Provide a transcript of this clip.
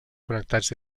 connectats